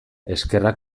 eskerrak